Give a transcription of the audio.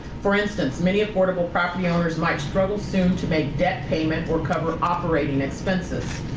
for instance, many affordable property owners might struggle soon to make debt payment or cover operating expenses.